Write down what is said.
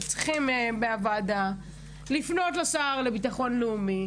בוועדה צריכים לפנות לשר לביטחון לאומי,